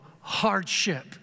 hardship